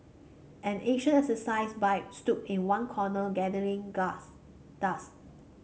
an ancient exercise bike stood in one corner gathering gust dust